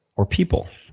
or people?